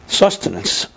sustenance